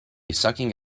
sucking